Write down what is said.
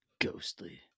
Ghostly